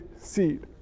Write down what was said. seed